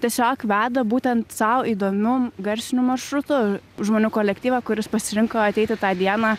tiesiog veda būtent sau įdomiu garsiniu maršrutu žmonių kolektyvą kuris pasirinko ateiti tą dieną